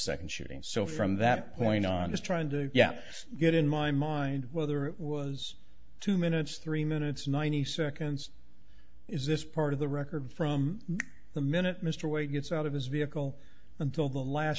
second shooting so from that point on this trying to get in my mind whether it was two minutes three minutes ninety seconds is this part of the record from the minute mr wade gets out of his vehicle until the last